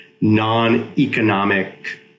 non-economic